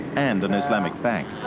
and an islamic bank.